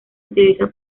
utiliza